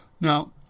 Now